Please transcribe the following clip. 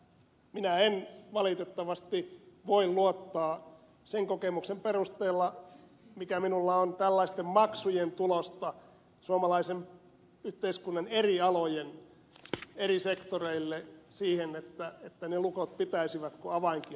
minä en valitettavasti voi luottaa sen kokemuksen perusteella mikä minulla on tällaisten maksujen tulosta suomalaisen yhteiskunnan eri alojen eri sektoreille siihen että ne lukot pitäisivät kun avainkin on saatavilla